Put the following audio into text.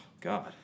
God